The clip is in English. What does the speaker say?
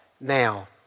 now